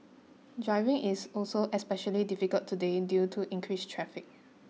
driving is also especially difficult today due to increased traffic